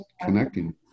connecting